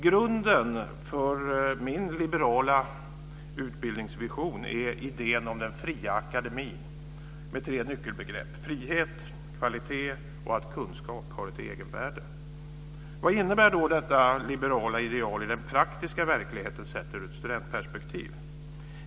Grunden för min liberala utbildningsvision är idén om den fria akademin, med nyckelbegreppen frihet och kvalitet och att kunskap har ett egenvärde. Vad innebär då detta liberala ideal i den praktiska verkligheten sett ur ett studentperspektiv?